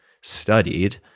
studied